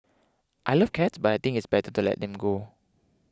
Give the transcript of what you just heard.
I love cats but I think it's better to let them go